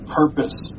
purpose